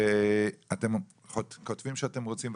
שאתם כותבים שאתם רוצים.